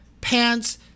Pants